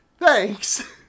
Thanks